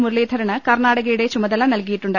മുരളീധ രന് കർണാടകയുടെ ചുമതല നൽകിയിട്ടുണ്ട്